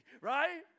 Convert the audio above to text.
right